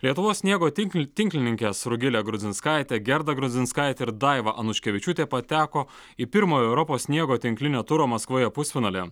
lietuvos sniego tinkli tinklininkės rugilė grudzinskaitė gerda grudzinskaitė ir daiva anuškevičiūtė pateko į pirmojo europos sniego tinklinio turo maskvoje pusfinalį